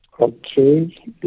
Okay